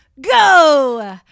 Go